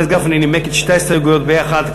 חבר הכנסת גפני נימק את שתי ההסתייגויות ביחד,